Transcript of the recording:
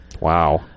Wow